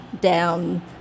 down